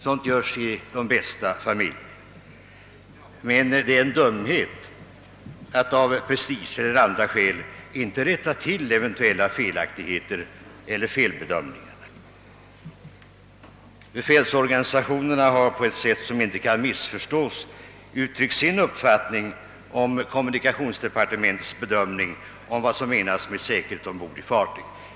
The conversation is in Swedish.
Sådant händer i de bästa familjer, men det är en dumhet att av prestigeeller andra skäl inte rätta till eventuella felaktigheter eller felbedömningar. Befälsorganisationerna har på ett sätt som inte kan missförstås uttryckt sin uppfattning om kommunikationsdepartementets bedömning av vad som menas med säkerhet ombord i fartyg.